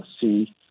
see